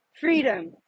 Freedom